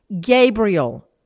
Gabriel